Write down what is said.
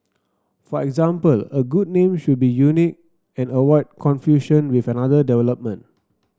for example a good name should be unique and avoid confusion with another development